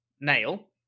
nail